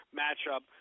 matchup